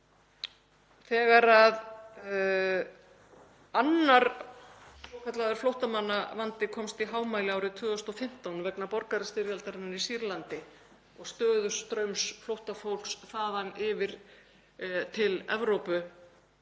annar svokallaður flóttamannavandi komst í hámæli árið 2015, vegna borgarastyrjaldarinnar í Sýrlandi og stöðugs straums flóttafólks þaðan yfir til Evrópu,